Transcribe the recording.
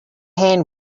hand